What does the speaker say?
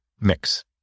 mix